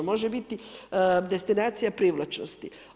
More biti destinacija privlačnosti.